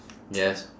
yes